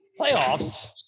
Playoffs